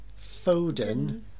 Foden